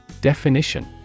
Definition